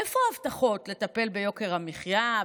איפה ההבטחות לטפל ביוקר המחיה?